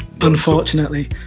Unfortunately